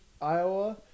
Iowa –